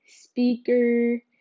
speaker